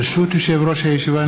ברשות יושב-ראש הישיבה,